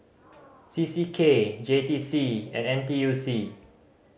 C C K J T C and N T U C